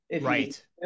Right